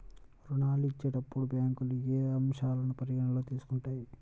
ఋణాలు ఇచ్చేటప్పుడు బ్యాంకులు ఏ అంశాలను పరిగణలోకి తీసుకుంటాయి?